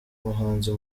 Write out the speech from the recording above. umuhanzi